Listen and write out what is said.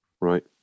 Right